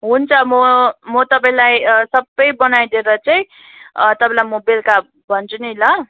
हुन्छ म म तपाईंलाई सबै बनाइदिएर चाहिँ तपाईँलाई म बेलुका भन्छु नि ल